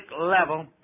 level